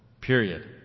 Period